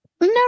No